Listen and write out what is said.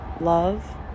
love